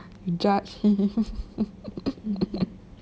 judge him